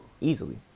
Easily